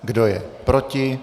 Kdo je proti?